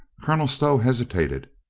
colonel stow hesitated.